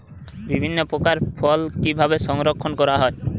বিভিন্ন প্রকার ফল কিভাবে সংরক্ষণ করা হয়?